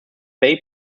bay